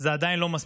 זה עדיין לא מספיק.